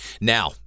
Now